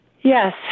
Yes